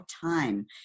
time